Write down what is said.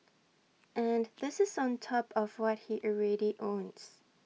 and this is on top of what he already owns